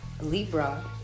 libra